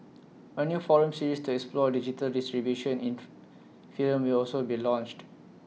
A new forum series to explore digital distribution in film will also be launched